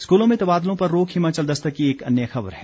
स्कूलों में तबादलों पर रोक हिमाचल दस्तक की एक अन्य खबर है